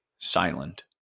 silent